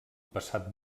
passat